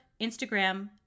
Instagram